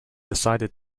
decided